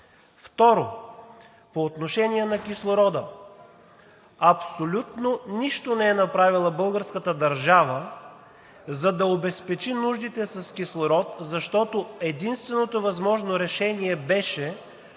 Второ, по отношение на кислорода. Абсолютно нищо не е направила българската държава, за да обезпечи нуждите с кислород, защото единственото възможно решение беше